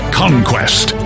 conquest